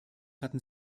hatten